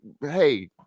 hey